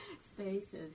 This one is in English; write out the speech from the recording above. spaces